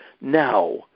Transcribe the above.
now